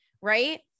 Right